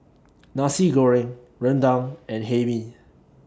Nasi Goreng Rendang and Hae Mee